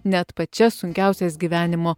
net pačias sunkiausias gyvenimo